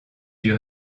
dut